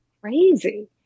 crazy